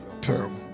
terrible